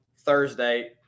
Thursday